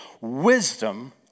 wisdom